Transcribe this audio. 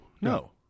no